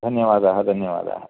धन्यवादः धन्यवादः